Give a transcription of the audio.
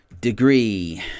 Degree